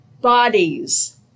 bodies